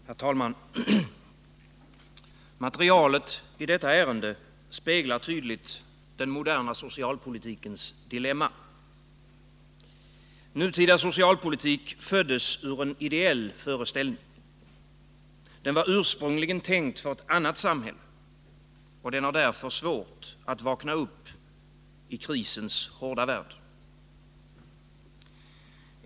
Herr talman! Materialet i detta ärende speglar tydligt den moderna socialpolitikens dilemma. Modern socialpolitik föddes ur en ideell föreställning. Den var ursprungligen tänkt för ett annat samhälle. Den har därför svårt att vakna upp i krisens hårda värld.